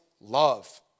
Love